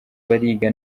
bariga